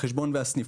החשבון והסניף.